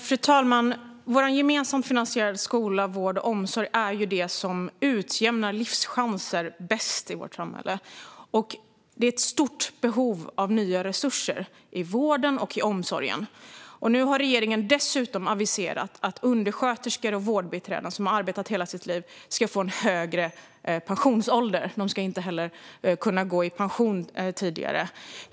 Fru talman! Den gemensamt finansierade skolan, vården och omsorgen är det som bäst utjämnar livschanser i vårt samhälle. Det finns ett stort behov av nya resurser inom vården och omsorgen. Regeringen har därtill aviserat att undersköterskor och vårdbiträden som har arbetat hela sitt liv ska få högre pensionsålder. De ska inte kunna gå i pension tidigare.